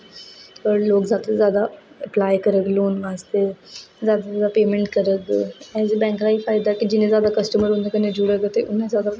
लोक जादा तू जादा अप्लाई करन लोन आस्तै जादा तू जादा पेमेंट करग एह् जेह् बैंक दा बी फायदा ते जि'न्ने जादा कस्टमर उं'दे कन्नै जोड़ग ते उ'न्ने जादा